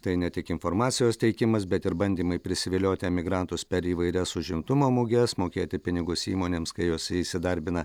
tai ne tik informacijos teikimas bet ir bandymai prisivilioti emigrantus per įvairias užimtumo muges mokėti pinigus įmonėms kai jose įsidarbina